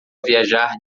viajar